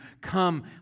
come